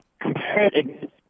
compared